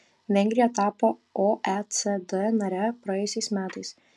vengrija tapo oecd nare praėjusiais metais